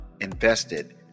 invested